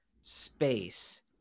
space